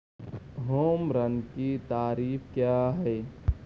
home run کی تعریف کیا ہے